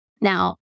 Now